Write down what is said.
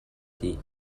dih